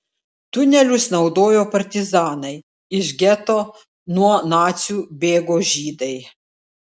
tunelius naudojo partizanai iš geto nuo nacių bėgo žydai